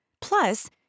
Plus